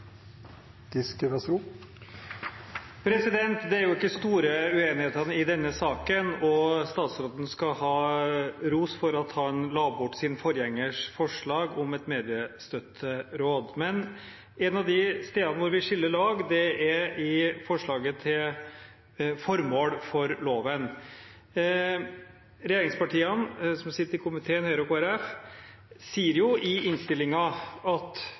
statsråden skal ha ros for at han la bort sin forgjengers forslag om et mediestøtteråd. Men ett av de stedene der vi skiller lag, er i forslaget til formål for loven. Regjeringspartiene som sitter i komiteen, Høyre og Kristelig Folkeparti, sier jo i innstillingen at